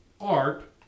art